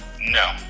No